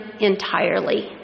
entirely